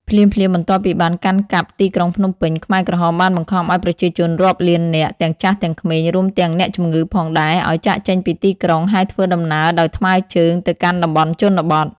ភ្លាមៗបន្ទាប់ពីបានកាន់កាប់ទីក្រុងភ្នំពេញ ខ្មែរក្រហមបានបង្ខំឲ្យប្រជាជនរាប់លាននាក់ទាំងចាស់ទាំងក្មេង រួមទាំងអ្នកជំងឺផងដែរ ឲ្យចាកចេញពីទីក្រុង ហើយធ្វើដំណើរដោយថ្មើរជើងទៅកាន់តំបន់ជនបទ។